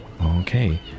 Okay